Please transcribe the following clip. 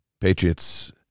Patriots